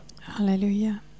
Hallelujah